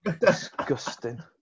Disgusting